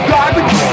Garbage